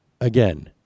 Again